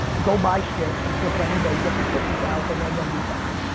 go by shit and flip it on ebay, get to fifty thousand and then do something.